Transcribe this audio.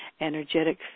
energetic